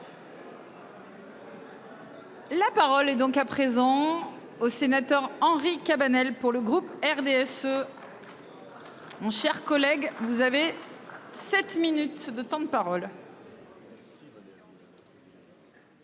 La parole est donc à présent au sénateur Henri Cabanel pour le groupe RDSE. Mon cher collègue, vous avez 7 minutes de temps de parole.